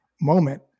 moment